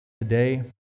today